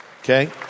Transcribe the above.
Okay